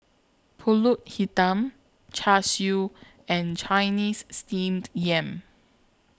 Pulut Hitam Char Siu and Chinese Steamed Yam